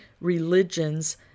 religions